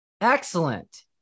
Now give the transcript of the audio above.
Excellent